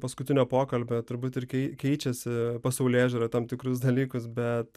paskutinio pokalbio turbūt irgi keičiasi pasaulėžiūra į tam tikrus dalykus bet